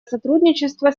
сотрудничество